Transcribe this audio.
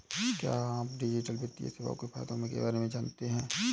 क्या आप डिजिटल वित्तीय सेवाओं के फायदों के बारे में जानते हैं?